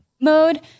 mode